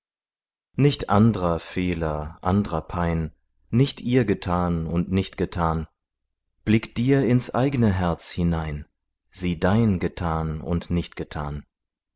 nicht andrer fehler andrer pein nicht ihr getan und nichtgetan blick dir ins eigne herz hinein sieh dein getan und nichtgetan